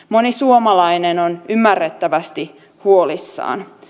moni suomalainen on ymmärrettävästi huolissaan